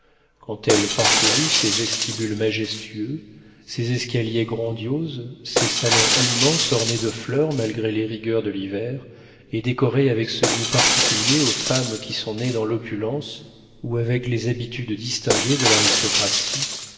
quand elle parcourut ces vestibules majestueux ces escaliers grandioses ces salons immenses ornés de fleurs malgré les rigueurs de l'hiver et décorés avec ce goût particulier aux femmes qui sont nées dans l'opulence ou avec les habitudes distinguées de l'aristocratie